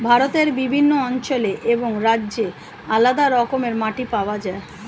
ভারতের বিভিন্ন অঞ্চলে এবং রাজ্যে আলাদা রকমের মাটি পাওয়া যায়